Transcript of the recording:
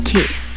Kiss